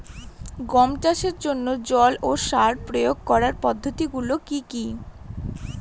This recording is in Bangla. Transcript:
গম চাষের জন্যে জল ও সার প্রয়োগ করার পদ্ধতি গুলো কি কী?